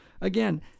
again